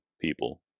people